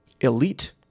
elite